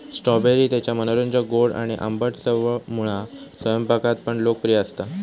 strawberry त्याच्या मनोरंजक गोड आणि आंबट चवमुळा स्वयंपाकात पण लोकप्रिय असता